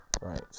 Right